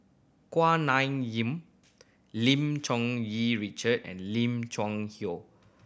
Kuak Nam Jin Lim Cherng Yih Richard and Lim Cheng Hoe